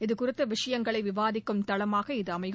இதுகுறித்த விஷயங்களை விவாதிக்கும் தளமாக இது அமையும்